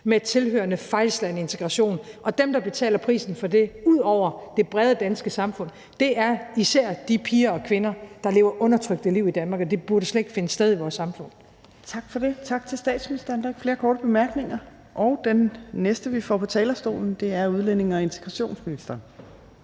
med tilhørende fejlslagen integration, og dem, der betaler prisen for det, er – ud over det brede danske samfund – især de piger og kvinder, der lever undertrykte liv i Danmark, og det burde slet ikke finde sted i vores samfund. Kl. 16:17 Tredje næstformand (Trine Torp): Tak for det, tak til statsministeren. Der er ikke flere korte bemærkninger. Den næste, vi får på talerstolen, er udlændinge- og integrationsministeren.